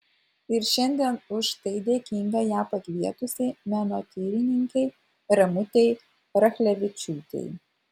ir šiandien už tai dėkinga ją pakvietusiai menotyrininkei ramutei rachlevičiūtei